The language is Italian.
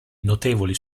notevoli